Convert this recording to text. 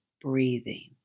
breathing